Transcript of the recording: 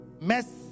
mess